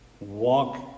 walk